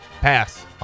Pass